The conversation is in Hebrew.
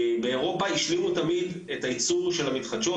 באירופה השלימו תמיד את הייצור של המתחדשות,